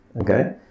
okay